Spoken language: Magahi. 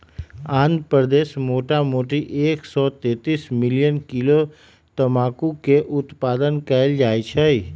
आंध्र प्रदेश मोटामोटी एक सौ तेतीस मिलियन किलो तमाकुलके उत्पादन कएल जाइ छइ